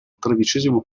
tredicesimo